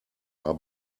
are